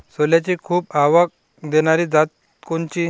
सोल्याची खूप आवक देनारी जात कोनची?